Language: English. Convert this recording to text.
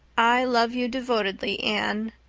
i love you devotedly, anne,